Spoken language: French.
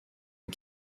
une